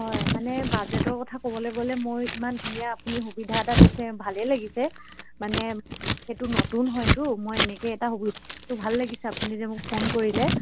হয় মানে বাজেটৰ কথা ক'বলে গ'লে মোৰ ইমান ধুনীয়া আপুনি সুবিধা এটা দিছে ভালেই লাগিছে মানে সেইটো নতুন হয়তো মই এনেকে এটা সুবিধাটো ভাল লাগিছে আপুনি যে মোক ফোন কৰিলে